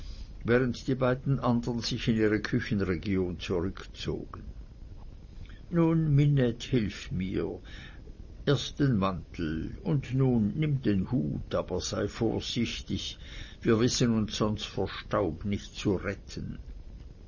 während die beiden andern sich in ihre küchenregion zurückzogen nun minette hilf mir erst den mantel und nun nimm den hut aber sei vorsichtig wir wissen uns sonst vor staub nicht zu retten